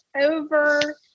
over